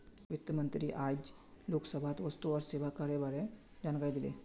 वित्त मंत्री आइज लोकसभात वस्तु और सेवा करेर बारे जानकारी दिले